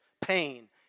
pain